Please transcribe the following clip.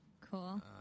Cool